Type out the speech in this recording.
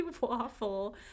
waffle